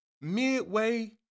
midway